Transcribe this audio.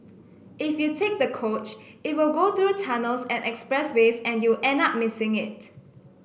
if you take the coach it will go through tunnels and expressways and you'll end up missing it